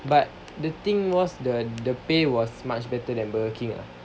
but the thing was the pay was much better than burger king lah